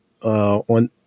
On